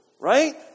Right